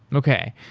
okay.